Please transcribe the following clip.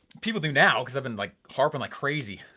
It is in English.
people do now cause i've been like harping like crazy.